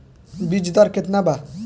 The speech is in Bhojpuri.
बीज दर केतना बा?